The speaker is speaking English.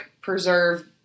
preserve